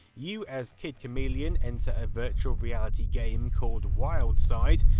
you as kid chameleon enter a virtual reality game called wildside,